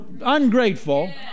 ungrateful